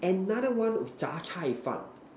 another one was Zha-Cai-fan